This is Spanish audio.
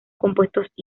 compuestos